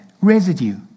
residue